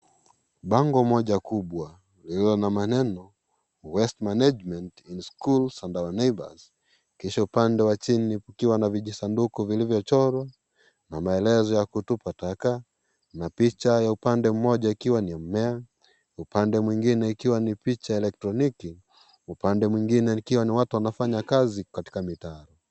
Bango moja kubwa, liliyo na maneno, waste management in schools and our neighbors [ cs] kisha upande wa chini kukiwa na vijisanduku vilivyo chorwa na maelezo ya kutupa taka na picha ya upande mmoja ukiwa ni mmea na upande mwingine ikiwa ni picha ya electroniki, upande mwingine ikiwa ni watu wanafanya kazi katika mtaani.